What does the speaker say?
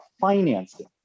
financing